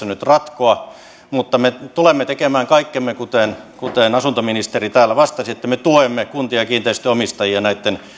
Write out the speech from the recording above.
nyt ratkoa mutta me tulemme tekemään kaikkemme kuten kuten asuntoministeri täällä vastasi että me tuemme kuntia ja kiinteistönomistajia näitten